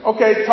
Okay